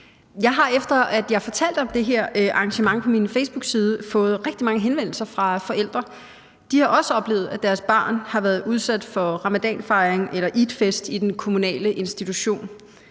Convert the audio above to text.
Jeg har, efter at jeg fortalte om det her arrangement på min facebookside, fået rigtig mange henvendelser fra forældre. De har også oplevet, at deres barn har været udsat for ramadanfejring eller eidfest i den kommunale institution.